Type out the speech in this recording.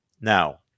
Now